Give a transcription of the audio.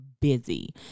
busy